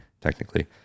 technically